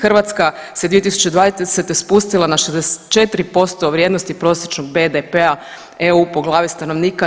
Hrvatska se 2020. spustila na 64% vrijednosti prosječnog BDP-a EU po glavi stanovnika.